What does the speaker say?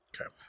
Okay